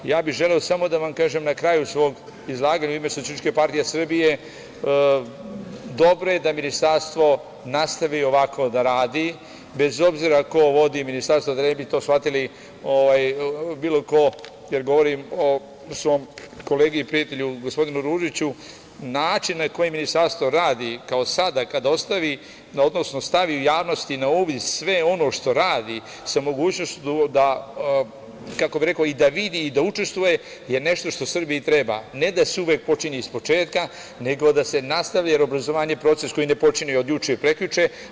Na kraju svog izlaganja, samo bih želeo da vam kažem, u ime SPS, dobro je da Ministarstvo nastavi ovako da radi, bez obzira ko vodi ministarstvo, da ne bi to shvatili bilo ko, kada govorim o svom kolegi i prijatelju, gospodinu Ružiću, način na koji ministarstvo radi, kao sada, kada stavi u javnost i na uvid sve ono što radi sa mogućnošću da, kako bi rekao, i da vidi i da učestvuje, je nešto što Srbiji treba, ne da se uvek počinje iz početka nego da se nastavi, jer je obrazovanje proces koji ne počinje od juče i prekjuče.